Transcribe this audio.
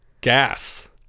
Gas